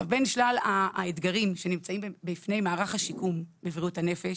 בין שלל האתגרים שנמצאים בפני מערך השיקום בבריאות הנפש